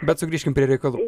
bet sugrįžkim prie reikalų